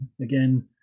again